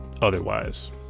otherwise